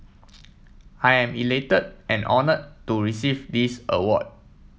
I am elated and honoured to receive this award